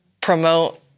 promote